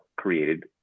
created